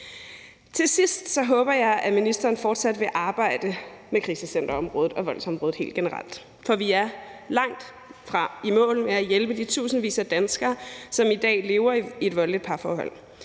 Til sidst håber jeg, at ministeren fortsat vil arbejde med krisecenterområdet og voldsområdet helt generelt. For vi er langtfra i mål med at hjælpe de tusindvis af danskere, som i dag lever i et voldeligt parforhold,